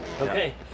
Okay